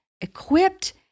equipped